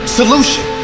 solution